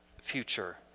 future